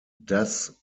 das